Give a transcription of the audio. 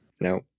no